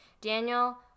Daniel